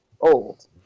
old